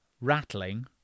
rattling